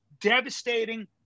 devastating